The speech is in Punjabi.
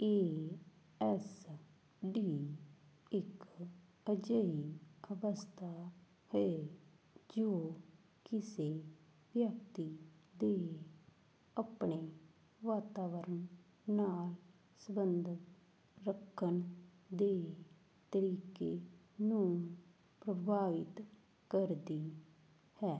ਏ ਐੱਸ ਡੀ ਇੱਕ ਅਜਿਹੀ ਅਵਸਥਾ ਹੈ ਜੋ ਕਿਸੇ ਵਿਅਕਤੀ ਦੇ ਆਪਣੇ ਵਾਤਾਵਰਣ ਨਾਲ ਸੰਬੰਧ ਰੱਖਣ ਦੇ ਤਰੀਕੇ ਨੂੰ ਪ੍ਰਭਾਵਿਤ ਕਰਦੀ ਹੈ